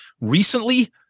recently